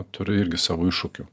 turi irgi savų iššūkių